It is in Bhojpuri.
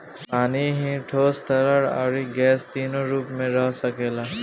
पानी ही ठोस, तरल, अउरी गैस तीनो रूप में रह सकेला